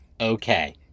okay